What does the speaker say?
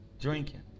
drinking